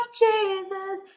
jesus